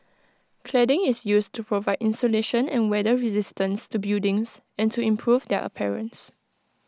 cladding is used to provide insulation and weather resistance to buildings and to improve their appearance